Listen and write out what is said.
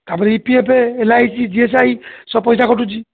ତା'ପରେ E P F L I C G S I ସବୁ ପଇସା କଟୁଛି